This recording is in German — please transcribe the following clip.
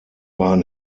waren